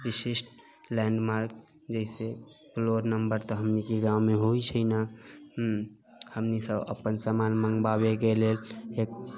विशिष्ट लैंडमार्क जैसे floor number तऽ हमनी के गाम मे होइ छै न हँ हमनी सब अपन समान मंगबाबै के लेल